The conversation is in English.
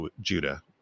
Judah